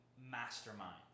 mastermind